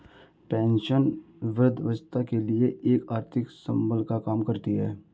pension वृद्धावस्था के लिए एक आर्थिक संबल का काम करती है